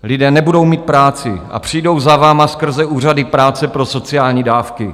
Lidé nebudou mít práci a přijdou za vámi skrze úřady práce pro sociální dávky.